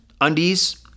undies